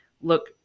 look